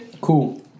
cool